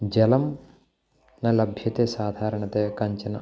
जलं न लभ्यते साधारणतया कञ्चन